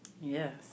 Yes